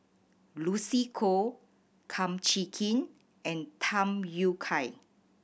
Lucy Koh Kum Chee Kin and Tham Yui Kai